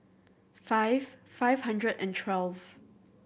five five hundred and twelve